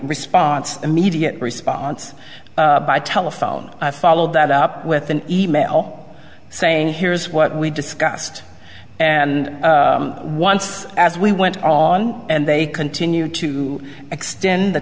response immediate response by telephone i followed that up with an e mail saying here's what we discussed and once as we went on and they continue to extend the